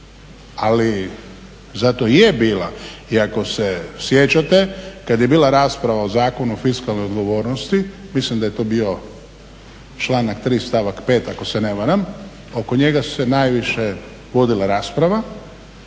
Ali zato je bila i ako se sjećate kad je bila rasprava o Zakonu o fiskalnoj odgovornosti, mislim da je to bio članak 3. stavak 5. ako se ne varam. Oko njega se najviše vodila rasprava,